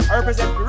represent